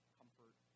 comfort